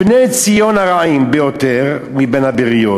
בני ציון הרעים ביותר מבין הבריות,